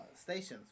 stations